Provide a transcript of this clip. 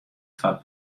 foar